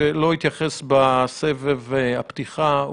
שלא התייחס בסבב הפתיחה.